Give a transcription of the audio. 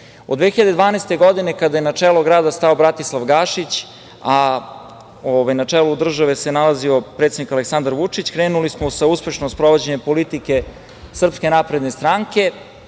2012. godine, kada je na čelo grada stao Bratislav Gašić, a na čelu države se nalazio predsednik Aleksandar Vučić, krenuli smo sa uspešnim sprovođenjem politike SNS i u ovom periodu